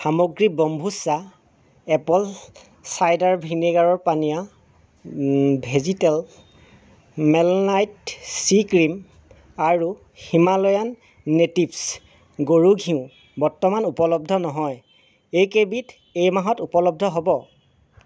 সামগ্ৰী kombucha apple cider ভিনেগাৰৰ পানীয়া ভেজীতেল মেলনাইট চি ক্ৰীম আৰু হিমালয়ান নেটিভ্ছ গৰুৰ ঘিউ বৰ্তমান উপলব্ধ নহয় এইকেইবিধ এই মাহত উপলব্ধ হ'ব